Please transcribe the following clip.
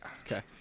Okay